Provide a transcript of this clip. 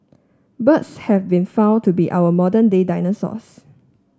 birds have been found to be our modern day dinosaurs